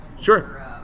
Sure